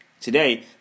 Today